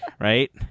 Right